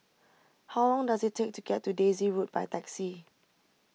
how long does it take to get to Daisy Road by taxi